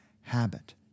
habit